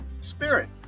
spirit